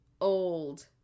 old